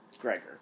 Gregor